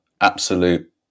Absolute